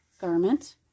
garment